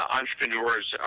entrepreneurs